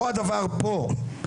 אותו הדבר פה,